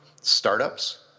startups